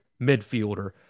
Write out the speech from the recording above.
midfielder